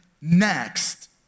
next